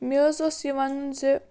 مےٚ حظ اوس یہِ وَنُن زِ